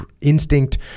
instinct